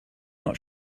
not